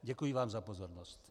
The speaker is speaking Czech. Děkuji vám za pozornost.